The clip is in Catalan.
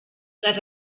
les